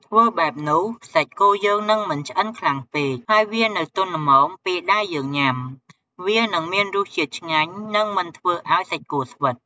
ធ្វើបែបនោះសាច់គោយើងនឹងមិនឆ្អិនខ្លាំងពេក ហើយវានៅទន់ល្មមពេលដែលយើងញ៉ាំវានឹងមានរសជាតិឆ្ងាញ់និងមិនធ្វើអោយសាច់គោស្វិត។